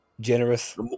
generous